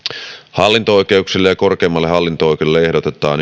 hallinto oikeuksille ja korkeimmalle hallinto oikeudelle ehdotetaan